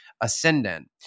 ascendant